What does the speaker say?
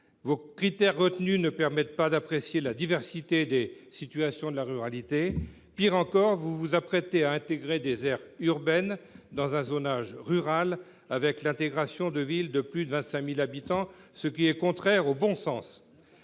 vous avez retenus ne permettent pas d’apprécier la diversité des situations de la ruralité ; pis encore, vous vous apprêtez à inclure des aires urbaines dans un zonage rural, en y faisant entrer des villes de plus de 25 000 habitants, ce qui est contraire au bon sens.